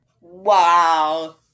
Wow